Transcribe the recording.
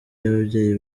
y’ababyeyi